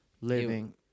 living